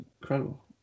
incredible